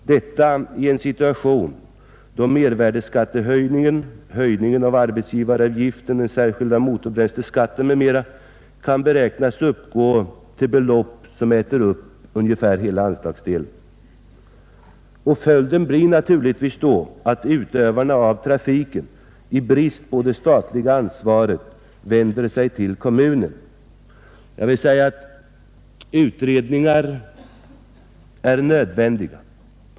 Detta sker i en situation då mervärdeskattehöjningen, höjningen av arbetsgivaravgiften, den särskilda motorbränsleskatten m.m. innebär nya kostnader, som tillsammans äter upp nästan hela anslagsdelen. Följden blir naturligtvis att trafikutövarna i brist på statligt ansvarstagande vänder sig till kommunen. Jag vill säga att utredningar är nödvändiga.